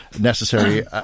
necessary